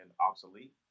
obsolete